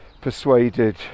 persuaded